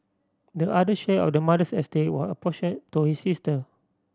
the other share of the mother's estate was apportioned to his sister